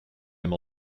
même